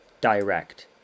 Direct